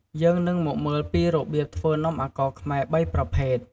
យើងនឹងមកមើលពីរបៀបធ្វើនំអាកោរខ្មែរបីប្រភេទ។